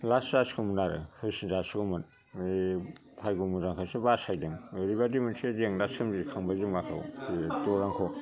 लास जासिगौमोन आरो होसिनजासिगौमोन बै भाग्य' मोजांखायसो बासायदों ओरैबायदि मोनसे जेंना सोमजिखांबाय जों लागोआव बे गौरांआव